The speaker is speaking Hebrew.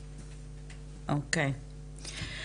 אוקיי.